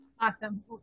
Awesome